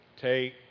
take